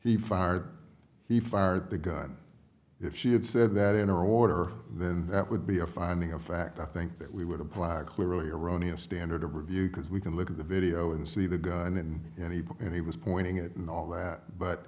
he fired he fired the gun if she had said that in order then that would be a finding of fact i think that we would apply a clearly erroneous standard of review because we can look at the video and see the gun and he and he was pointing it and all that but